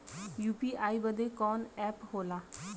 UPI बदे कवन app होला?